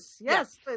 yes